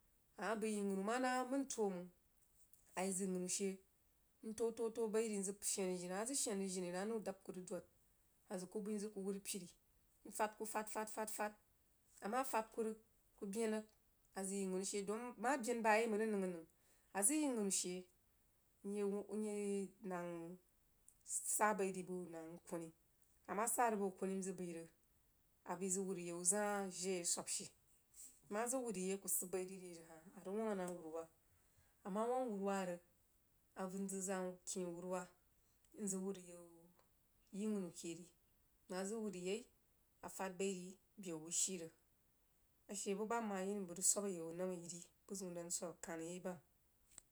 A mah bəi yiri-ghanu mah nah məi n toh mang a yah zəg yini-ghanu she mtoh-toh toh bai ri mzəg sheni a jini a mah zəg shen rig jini anoun jahb kuh rig dod nfad fad fad a mah fad kuh rig kuh ben rig a zəg yini-ghanu she dong mah ben bayai mang rig nəng-anəng a zəg yiri ghanu she nye nyeh nang sah bai ri bəf nang kuoni a mah sah rig bo kwami nzəg bai rig bəi zəg whar a yau jah jai a swab she nmah zəg whad rig kuh sib bai rig ri hah a rig wang nah wuruwah a mah wang wuruwan rig a vən zəg zah kye wuruwal nzəg whar a yau yiri-ghanu keh ri mah zəg whad rig yai a fahd bai ri bəu wuh shii rig a she bubah mmah yi nəm bəg rig swab a yau nammah yi ri buh zəun dan swab kanah yai bam.